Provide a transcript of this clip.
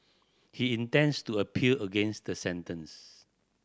he intends to appeal against the sentence